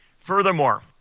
Furthermore